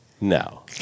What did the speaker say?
No